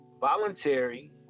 Voluntary